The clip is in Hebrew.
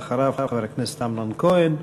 ואחריו, חבר הכנסת אמנון כהן.